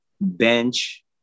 bench